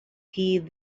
heed